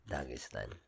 Dagestan